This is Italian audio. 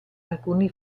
alcuni